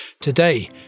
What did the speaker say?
Today